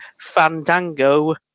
Fandango